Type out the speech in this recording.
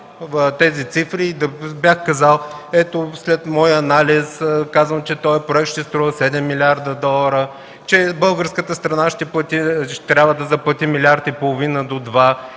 аз тези цифри и бях казал: ето, след моя анализ казвам, че този проект ще струва 7 млрд. долара, че българската страна ще трябва да заплати милиард и половина до